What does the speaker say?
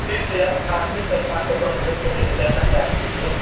तीर्थ स्थान तीर्थ स्थान कतौ हम घुमि सकै छियै दर्शन कए सकै छियै